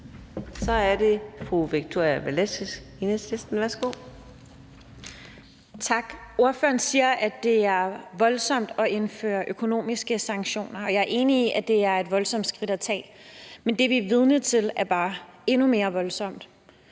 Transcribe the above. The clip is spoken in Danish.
Kl. 17:58 Victoria Velasquez (EL): Tak. Ordføreren siger, at det er voldsomt at indføre økonomiske sanktioner. Jeg er enig i, at det er et voldsomt skridt at tage. Men det, vi er vidne til, er bare endnu mere voldsomt.